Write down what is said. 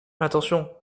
attention